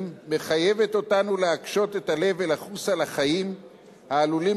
מחייב אותנו להקשות את הלב ולחוס על החיים העלולים